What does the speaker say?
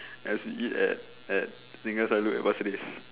as we eat at at singgah selalu at pasir ris